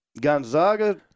Gonzaga